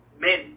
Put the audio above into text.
men